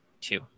two